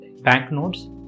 banknotes